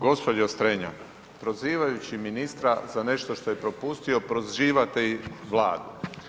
Gospođo Strenja, prozivajući ministra za nešto što je propustio prozivate i Vladu.